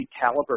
caliber